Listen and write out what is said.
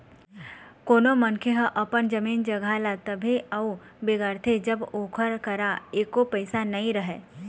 कोनो मनखे ह अपन जमीन जघा ल तभे अउ बिगाड़थे जब ओकर करा एको पइसा नइ रहय